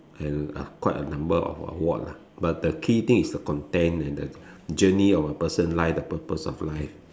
I don't know ah quite a number of award lah but the key thing is the content and the journey of the person life the purpose of life